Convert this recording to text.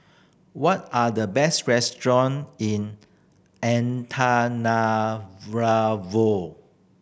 what are the best restaurants in